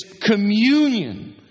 communion